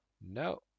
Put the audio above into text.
no